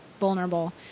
vulnerable